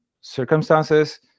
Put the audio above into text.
circumstances